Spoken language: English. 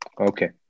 Okay